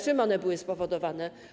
Czym one były spowodowane?